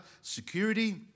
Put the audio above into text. security